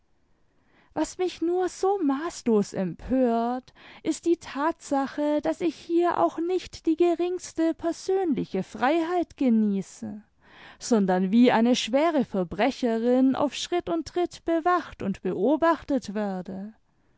was mich nur so maßlos empört ist die tatsache daß ich hier auch nicht die geringste persönliche freiheit genieße sondern wie eine schwere verbrecherin auf schritt und tritt bewacht und beobachtet werde